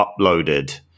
uploaded